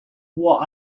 what